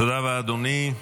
תודה רבה, אדוני.